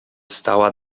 stała